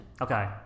Okay